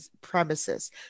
premises